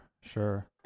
sure